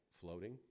floating